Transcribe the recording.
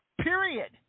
period